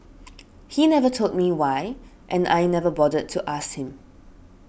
he never told me why and I never bothered to ask him